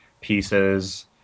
pieces